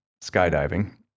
skydiving